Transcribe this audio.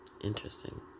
Interesting